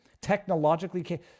technologically